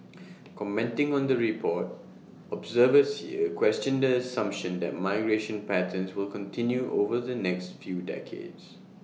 commenting on the report observers here questioned the assumption that migration patterns will continue over the next few decades